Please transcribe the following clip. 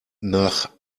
nach